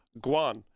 Guan